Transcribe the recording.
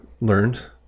learned